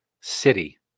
City